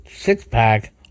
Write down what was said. six-pack